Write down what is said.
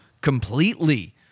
completely